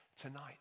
tonight